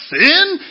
sin